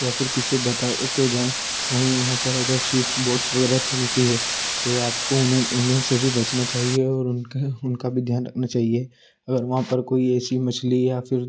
या फिर किसी बता के जाएँ वही वहाँ पर अगर शिप्स बोट्स वगैरह चलती है तो आपको उन्हें उन्हें से भी बचना चाहिए और उनका उनका भी ध्यान रखना चाहिए अगर वहाँ पर कोई ऐसी मछली या फिर